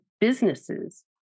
businesses